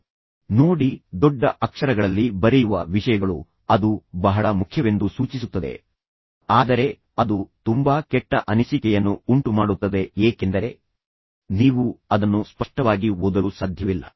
ನಂತರ ಮುಂದಿನದನ್ನು ನೋಡಿ ದೊಡ್ಡ ಅಕ್ಷರಗಳಲ್ಲಿ ಬರೆಯುವ ವಿಷಯಗಳು ಅದು ಬಹಳ ಮುಖ್ಯವೆಂದು ಸೂಚಿಸುತ್ತದೆ ಆದರೆ ಅದು ತುಂಬಾ ಕೆಟ್ಟ ಅನಿಸಿಕೆಯನ್ನು ಉಂಟುಮಾಡುತ್ತದೆ ಏಕೆಂದರೆ ನೀವು ಅದನ್ನು ಸ್ಪಷ್ಟವಾಗಿ ಓದಲು ಸಾಧ್ಯವಿಲ್ಲ